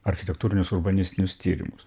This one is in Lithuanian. architektūrinius urbanistinius tyrimus